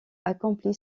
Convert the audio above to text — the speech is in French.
accomplit